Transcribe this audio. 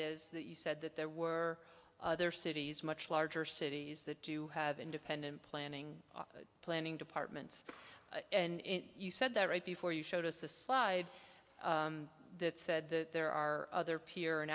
is that you said that there were other cities much larger cities that do have independent planning planning departments and you said that right before you showed us a slide that said that there are other peer an